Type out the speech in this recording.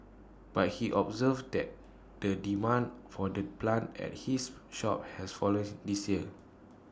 but he observed that the demand for the plant at his shop has fallen this year